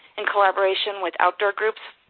in collaboration with outdoor groups,